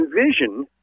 envision